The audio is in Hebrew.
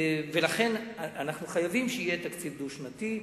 ולכן אנחנו חייבים שיהיה תקציב דו-שנתי,